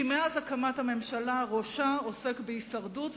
כי מאז הקמת הממשלה ראשה עוסק בהישרדות,